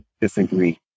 disagree